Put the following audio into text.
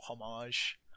homage